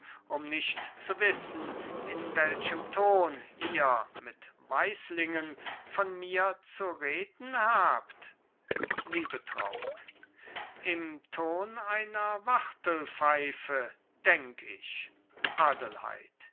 um nicht zu wissen in welchem ton ihr mit weislingen von mir zu reden habt liebetraut im ton einer wachtelpfeife denk ich